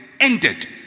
ended